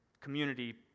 community